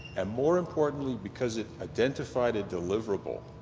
and more importantly, because it identified a deliverable,